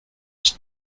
its